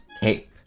cape